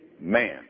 man